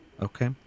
Okay